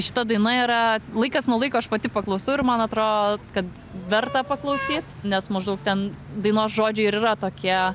šita daina yra laikas nuo laiko aš pati paklausau ir man atro kad verta paklausyt nes maždaug ten dainos žodžiai ir yra tokie